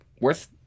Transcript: worth